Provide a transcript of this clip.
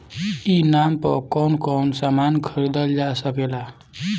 ई नाम पर कौन कौन समान खरीदल जा सकेला?